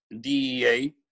DEA